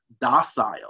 docile